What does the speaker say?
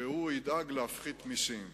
שהוא ידאג להפחית מסים.